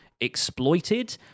exploited